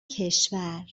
کشور